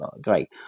great